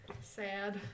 sad